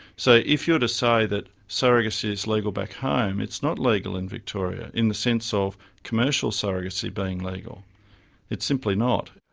so if you're to say that surrogacy is legal back home, it's not legal in victoria in the sense of commercial surrogacy being legal it's simply not.